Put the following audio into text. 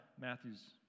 Matthew's